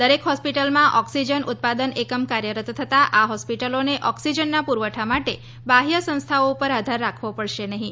દરેક હોસ્પિટલમાં ઓક્સિજન ઉત્પાદન એકમ કાર્યરત થતા આ હોસ્પિટલોને ઓક્સિજનના પુરવઠા માટે બાહ્ય સંસ્થા ઉપર આધાર રાખવો પડશે નહીં